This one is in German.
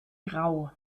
grau